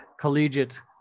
collegiate